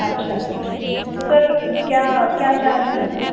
अच्छा सर तो सर तो सर क्या क्या चार्ज है